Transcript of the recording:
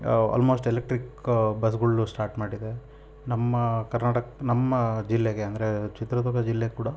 almost electric ಬಸ್ಗಳ್ನು start ಮಾಡಿದೆ ನಮ್ಮ ಕರ್ನಾಟಕ ನಮ್ಮ ಜಿಲ್ಲೆಗೆ ಅಂದರೆ ಚಿತ್ರದುರ್ಗ ಜಿಲ್ಲೆಗೆ ಕೂಡ